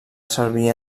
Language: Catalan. servir